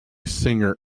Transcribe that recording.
singer